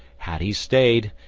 had he stayed,